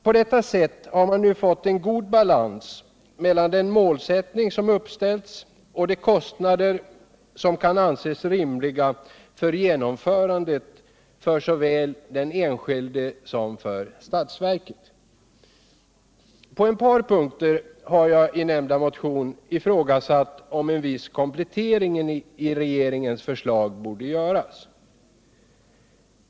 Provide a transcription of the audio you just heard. På det sättet har man nu fått en god balans mellan den målsättning som uppställts och de kostnader som kan anses rimliga för genomförandet för såväl den enskilde som för statsverket. På ett par punkter i nämnda motion har jag dock ifrågasatt om inte en viss komplettering borde göras i regeringens förslag.